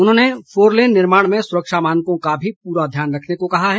उन्होंने फोनलेन निर्माण में सुरक्षा मानकों का भी पूरा ध्यान रखने को कहा है